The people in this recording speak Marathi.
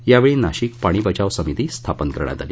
यावेळी नाशिक पाणी बचाव समिती स्थापन करण्यात आली